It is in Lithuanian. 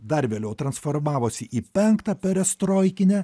dar vėliau transformavosi į penktą perestroikinę